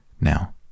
Now